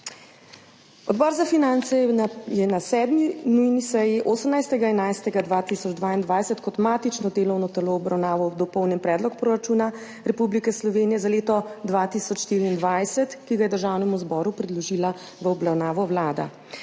Odbor za finance je na 7. nujni seji 18. 11. 2022 kot matično delovno telo obravnaval Dopolnjen predlog proračuna Republike Slovenije za leto 2024, ki ga je Državnemu zboru predložila v obravnavo Vlada.